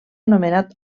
anomenat